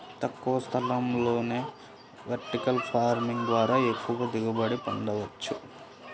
తక్కువ స్థలంలోనే vertical farming ద్వారా ఎక్కువ దిగుబడిని పొందవచ్చు